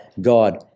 God